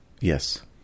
Yes